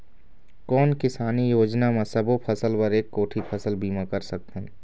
कोन किसानी योजना म सबों फ़सल बर एक कोठी फ़सल बीमा कर सकथन?